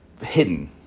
hidden